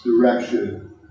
Direction